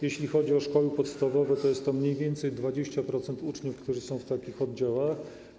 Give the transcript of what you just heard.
Jeśli chodzi o szkoły podstawowe, to jest to mniej więcej 20% uczniów, którzy są w takich oddziałach.